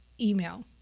email